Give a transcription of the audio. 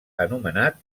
anomenat